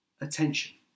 attention